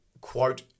quote